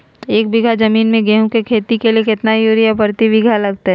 एक बिघा जमीन में गेहूं के खेती के लिए कितना यूरिया प्रति बीघा लगतय?